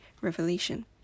revelation